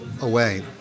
away